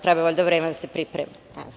Treba valjda vreme da se pripremi.